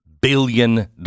billion